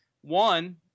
One